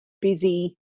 busy